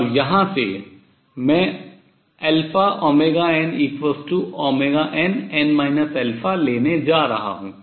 और यहाँ से मैं αωnnn लेने जा रहा हूँ